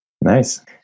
Nice